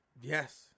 Yes